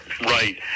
Right